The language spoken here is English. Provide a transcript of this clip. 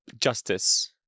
justice